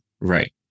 right